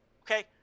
Okay